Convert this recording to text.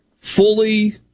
fully